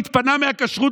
שהתפנה מהכשרות,